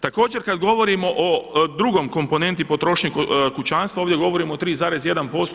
Također kad govorimo o drugoj komponenti potrošnje kućanstva, ovdje govorim o 3,1%